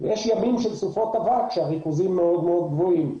יש ימים של סופות אבק שהריכוזים מאוד מאוד גבוהים.